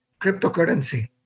cryptocurrency